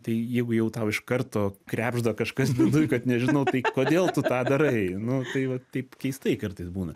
tai jeigu jau tau iš karto krebžda kažkas viduj kad nežinau tai kodėl tu tą darai nu tai vat taip keistai kartais būna